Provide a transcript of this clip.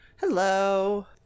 hello